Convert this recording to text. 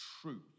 truth